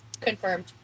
confirmed